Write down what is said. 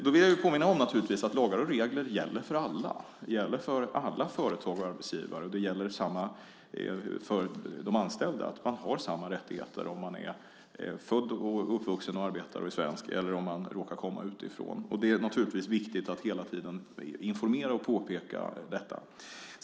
Jag vill påminna om att lagar och regler gäller för alla företag och arbetsgivare. Detsamma gäller för de anställda. Man har samma rättigheter oavsett om man är född och uppvuxen i Sverige och är svensk eller om man råkar komma utifrån. Det är viktigt att hela tiden informera och påpeka detta.